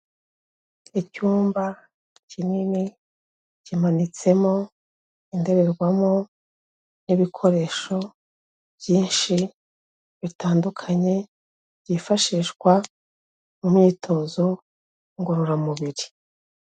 Icyumba kinini kimanitsemo indorerwamo n'ibikoresho byinshi bitandukanye, byifashishwa mu myitozo ngororamubiri.